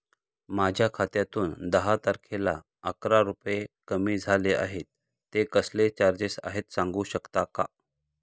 माझ्या खात्यातून दहा तारखेला अकरा रुपये कमी झाले आहेत ते कसले चार्जेस आहेत सांगू शकता का?